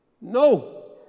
no